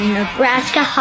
Nebraska